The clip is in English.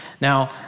Now